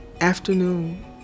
afternoon